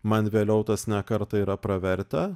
man vėliau tas ne kartą yra pravertę